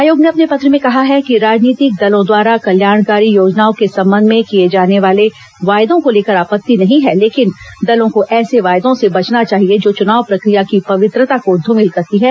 आयोग ने अपने पत्र में कहा है कि राजनीतिक दलों द्वारा कल्याणकारी योजनाओं के संबंध में किए जाने वाले वायदों को लेकर आपत्ति नहीं है लेकिन दलों को ऐसे वायदों से बचना चाहिए जो चुनाव प्रक्रिया की पवित्रता को धूमिल करती है